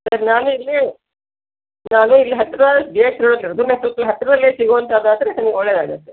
sir ನಾನಿಲ್ಲಿ ನಾನು ಇಲ್ಲಿ ಹತ್ತಿರ ಬಿ ಎಚ್ ರೋಡಲ್ಲಿರೋದು ನನಗೆ ಸ್ವಲ್ಪ ಹತ್ತಿರದಲ್ಲೇ ಸಿಗುವಂತಾದಾದರೆ ನನಗೆ ಒಳ್ಳೆದಾಗುತ್ತೆ